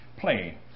play